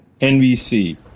NBC